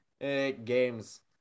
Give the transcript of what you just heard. games